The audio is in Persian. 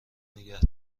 نگه